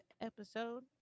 episode